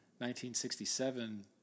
1967